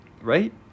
right